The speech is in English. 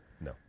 no